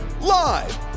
Live